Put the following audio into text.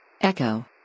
Echo